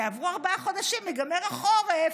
יעברו ארבעה חודשים, ייגמר החורף,